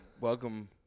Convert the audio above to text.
Welcome